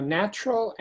natural